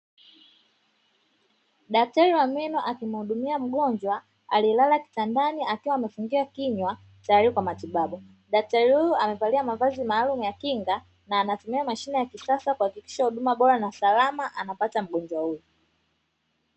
Daktari wa meno akimhudumia mgonjwa aliyelala kitandani akiwa amefungua kinywa tayari kwa matibabu. Daktari huyu amevalia mavazi maalumu ya kinga, na anatumia mashine ya kisasa kuhakikisha huduma bora na salama anapata mgonjwa huyo.